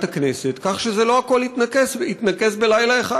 הכנסת כך שלא הכול יתנקז בלילה אחד.